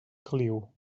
caliu